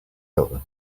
over